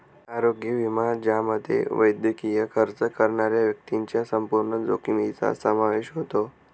आरोग्य विमा ज्यामध्ये वैद्यकीय खर्च करणाऱ्या व्यक्तीच्या संपूर्ण जोखमीचा समावेश होतो